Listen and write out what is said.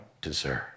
deserve